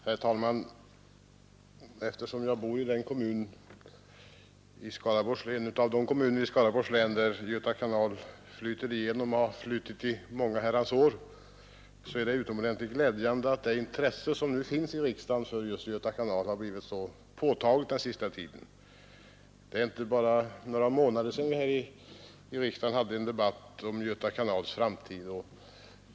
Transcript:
Herr talman! Eftersom jag bor i en av de kommuner i Skaraborgs län som Göta kanal flyter igenom sedan många herrans år finner jag det utomordentligt glädjande att det intresse som finns i riksdagen för Göta kanal har blivit så påtagligt på den senaste tiden; det är ju bara några månader sedan vi här hade en debatt om Göta kanals framtid.